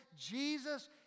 Jesus